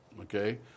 Okay